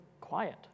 quiet